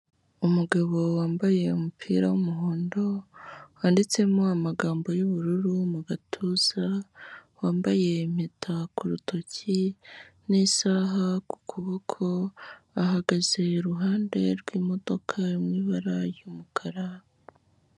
Umugabo wambaye umupira w'umuhondo, wanditsemo amagambo y'ubururu mu gatuza, wambaye impeta ku rutoki n'isaha ku kuboko, ahagaze iruhande rw'imodoka iri mu ibara ry'umukara.